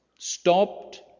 ...stopped